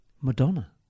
Madonna